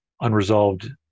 unresolved